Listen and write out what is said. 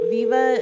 Viva